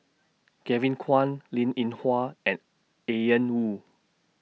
Kevin Kwan Linn in Hua and Ian Woo